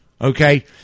Okay